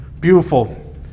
beautiful